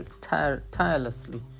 tirelessly